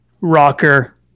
rocker